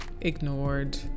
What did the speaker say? ignored